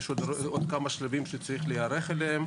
יש עוד כמה שלבים שצריך להיערך אליהם.